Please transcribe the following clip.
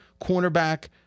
cornerback